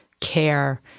care